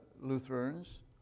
Lutherans